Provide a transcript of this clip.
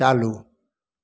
चालू